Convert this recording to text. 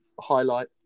highlight